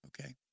Okay